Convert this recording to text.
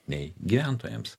nei gyventojams